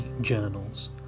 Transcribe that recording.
Journals